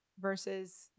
versus